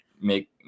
make